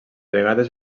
vegades